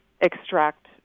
extract